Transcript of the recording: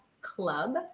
club